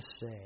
say